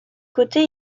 côté